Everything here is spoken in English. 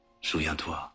Souviens-toi